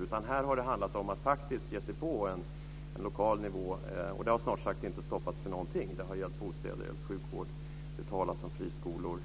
Det har här faktiskt handlat om att ge sig på en lokal nivå, och man har snart sagt inte dragit sig för någonting. Det har gällt bostäder, hälso och sjukvård och friskolor.